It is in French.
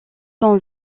son